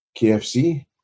KFC